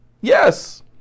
Yes